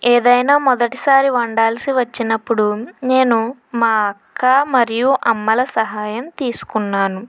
ఏదైనా మొదటి సారి వండాల్సి వచ్చినప్పుడు నేను మా అక్క మరియు అమ్మల సహాయం తీసుకున్నాను